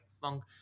funk